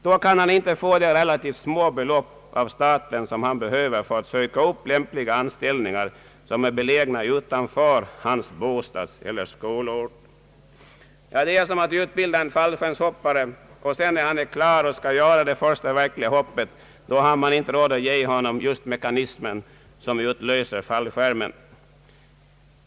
Då kan han inte av staten få de relativt små belopp som han behöver för att söka lämpliga anställningar som är belägna utanför hans bostadsort eller skolort. Det är som att utbilda en fallskärmshoppare och sedan, när han är klar och skall göra det första verkliga hoppet, då har man inte råd att ge honom den mekanism som utlöser fallskärmen.